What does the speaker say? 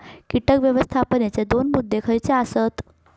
कीटक व्यवस्थापनाचे दोन मुद्दे खयचे आसत?